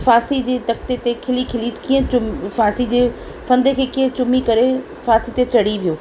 फांसी जी तकते ते खिली खिली कीअं फांसी जे फंदे खे कीअं चुमी करे फांसी जे चढी वियो